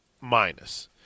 Minus